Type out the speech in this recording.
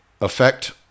affect